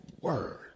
word